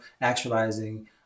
actualizing